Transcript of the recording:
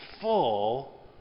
full